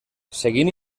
seguint